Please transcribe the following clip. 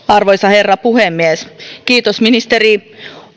arvoisa herra puhemies kiitos ministeri